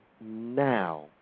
now